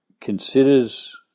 considers